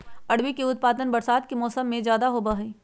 अरबी के उत्पादन बरसात के मौसम में ज्यादा होबा हई